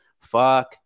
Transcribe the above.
fuck